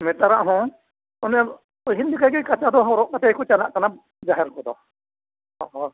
ᱱᱮᱛᱟᱨᱟᱜ ᱦᱚᱸ ᱚᱱᱮ ᱯᱟᱹᱦᱤᱞ ᱞᱮᱠᱟ ᱜᱮ ᱠᱟᱸᱪᱟ ᱫᱚ ᱦᱚᱨᱚᱜ ᱠᱟᱛᱮ ᱜᱮᱠᱚ ᱪᱟᱞᱟᱜ ᱠᱟᱱᱟ ᱡᱟᱦᱮᱨ ᱠᱚᱫᱚ ᱦᱮᱸ